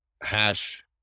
hash